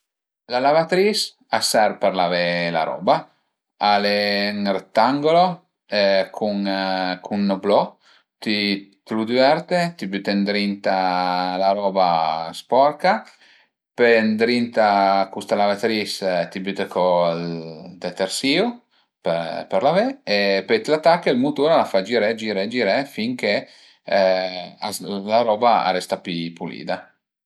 La lavatris a serv për lavé la roba, al e ën rettangolo cun cun ün oblò, ti t'lu düverte, ti büte ëndrinta la roba sporca, pöi ëndrinta a custa lavatris büte co ël detersìu për lavé, pöi t'la tache, ël mutur a la fa giré giré giré finché la roba a resta pi pulida